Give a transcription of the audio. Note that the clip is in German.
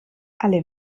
alle